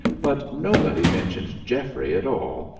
but nobody mentioned geoffrey at all,